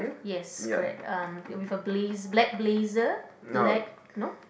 yes correct um with a blaze black blazer black no